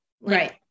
Right